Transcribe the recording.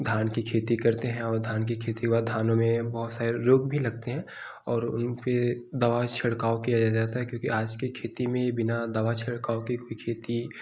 धान की खेती करते हैं और धान की खेती व धान में बहुत सारे लोग भी लगते हैं और उनके दवा छिड़काव किया जाता है क्योंकि आज की खेती में बिना दवा छिड़काव की खेती